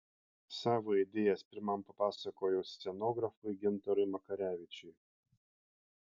savo idėjas pirmam papasakojau scenografui gintarui makarevičiui